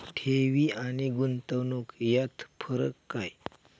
ठेवी आणि गुंतवणूक यात फरक काय आहे?